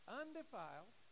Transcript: undefiled